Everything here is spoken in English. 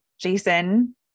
Jason